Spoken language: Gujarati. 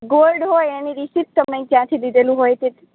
ગોલ્ડ હોય એની રિસીપટ તમે જ્યાંથી લીધેલું હોય તે